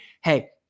hey